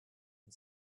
and